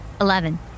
Eleven